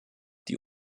die